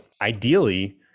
ideally